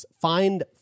find